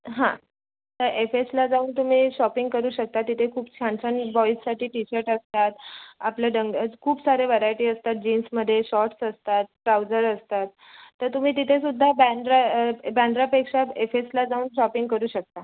हां तर एस एसला जाऊन तुम्ही शॉपिंग करू शकता तिथे खूप छान छान बॉईजसाठी टीशर्ट असतात आपल्या डंग ए खूप सारे व्हेरायटी असतात जीन्समध्ये शॉर्ट्स असतात ट्राउजर असतात तर तुम्ही तिथेसुद्धा बँड्रा बँड्रापेक्षा एसएसला जाऊन शॉपिंग करू शकता